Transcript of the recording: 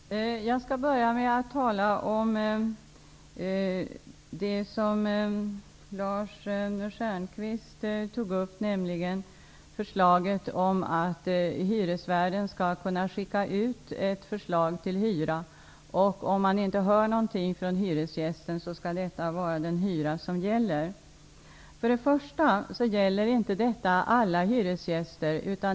Herr talman! Jag skall börja med att tala om det Lars Stjernkvist tog upp, nämligen förslaget om att hyresvärden skall kunna skicka ut ett förslag till hyra. Om han inte hör någonting från hyresgästen skall detta vara den hyra som gäller. Först och främst gäller inte detta alla hyresgäster.